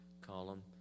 column